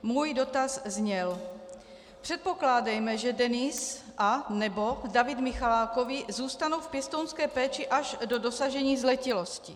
Můj dotaz zněl: Předpokládejme, že Denis anebo David Michalákovi zůstanou v pěstounské péči až do dosažení zletilosti.